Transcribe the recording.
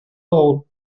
hole